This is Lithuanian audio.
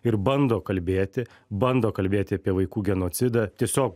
ir bando kalbėti bando kalbėti apie vaikų genocidą tiesiog